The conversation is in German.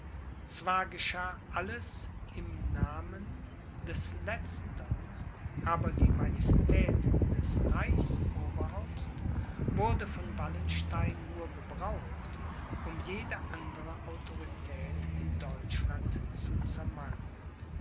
zwar geschah alles im namen des letztern aber die majestät des reichsoberhaupts wurde von wallenstein nur gebraucht um jede andere autorität in deutschland zu zermalmen